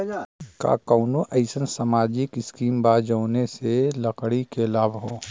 का कौनौ अईसन सामाजिक स्किम बा जौने से लड़की के लाभ हो?